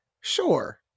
sure